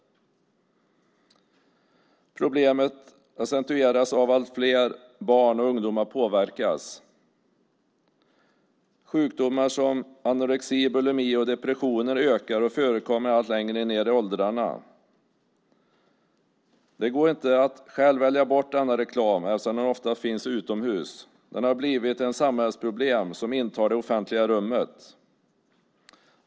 Problemet accentueras av att allt fler barn och ungdomar påverkas. Sjukdomar som anorexi, bulimi och depressioner ökar och förekommer allt längre ned i åldrarna. Det går inte att själv välja bort denna reklam eftersom den oftast finns utomhus. Den har blivit ett samhällsproblem som intar det offentliga rummet.